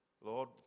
Lord